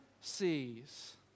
sees